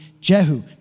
Jehu